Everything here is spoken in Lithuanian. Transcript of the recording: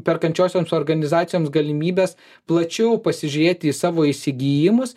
perkančiosioms organizacijoms galimybes plačiau pasižiūrėti į savo įsigijimus